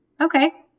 okay